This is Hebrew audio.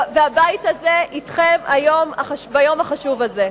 הבית הזה אתכן ביום החשוב הזה.